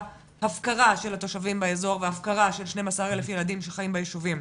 הפקרה של התושבים באזור והפקרה של 12 אלף ילדים שחיים בישובים.